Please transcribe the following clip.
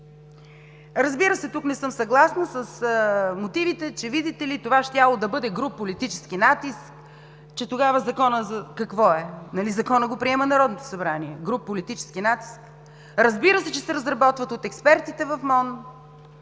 Разбира се, тук не съм съгласна с мотивите, че, видите ли, това щяло да бъде груб политически натиск. Тогава Законът за какво е – нали Законът го приема Народното събрание, груб политически натиск?! Разбира се, че се разработват от експертите в МОН,